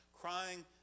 crying